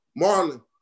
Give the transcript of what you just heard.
Marlon